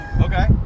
Okay